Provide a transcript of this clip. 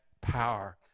power